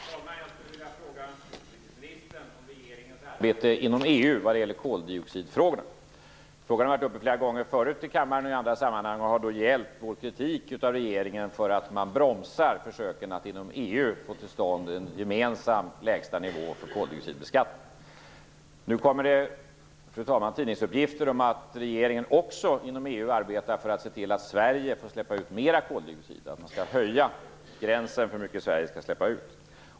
Fru talman! Jag skulle vilja ställa en fråga till utrikesministern om regeringens arbete inom EU vad gäller koldioxfrågorna. Frågan har varit uppe flera gånger tidigare här i kammaren och i andra sammanhang och har då gällt vår kritik av regeringen för att den bromsar försöken att inom EU få till stånd en gemensam lägsta nivå för koldioxidbeskattning. Fru talman! Nu kommer det tidningsuppgifter om att regeringen också inom EU arbetar för en höjning av gränsen för utsläpp av koldioxid i Sverige.